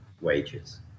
wages